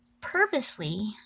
purposely